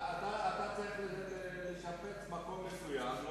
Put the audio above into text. ואמר לי: אתה צריך לשפץ מקום מסוים,